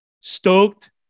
stoked